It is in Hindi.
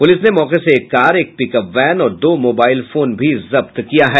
पुलिस ने मौके से एक कार एक पिकअप वैन और दो मोबाइल फोन भी जब्त किया है